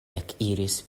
ekkriis